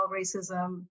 racism